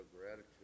gratitude